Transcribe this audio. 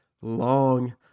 Long